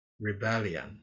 rebellion